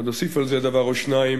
עוד אוסיף על זה דבר או שניים,